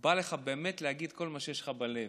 שבו בא לך באמת להגיד כל מה שיש לך בלב.